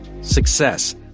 success